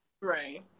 Right